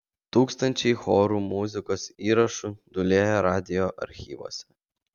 tūkstančiai chorų muzikos įrašų dūlėja radijo archyvuose